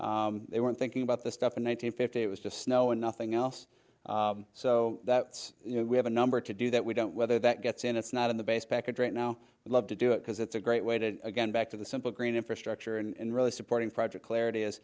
designed they weren't thinking about the stuff in one thousand fifty it was just snow and nothing else so that's you know we have a number to do that we don't whether that gets in it's not in the base package right now i'd love to do it because it's a great way to get back to the simple green infrastructure and really supporting project clarity as